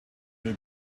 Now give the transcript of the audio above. will